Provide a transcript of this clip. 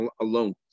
alone